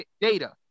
data